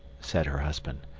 said her husband,